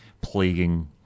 plaguing